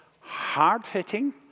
hard-hitting